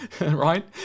Right